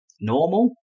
normal